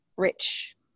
rich